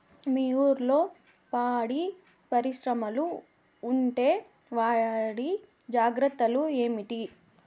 మీ ఊర్లలో పాడి పరిశ్రమలు ఉంటే వాటి జాగ్రత్తలు ఏమిటి